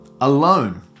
alone